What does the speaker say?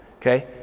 Okay